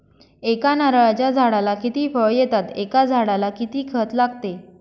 एका नारळाच्या झाडाला किती फळ येतात? एका झाडाला किती खत लागते?